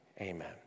Amen